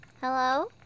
Hello